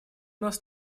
нас